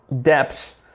depths